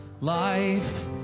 life